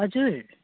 हजुर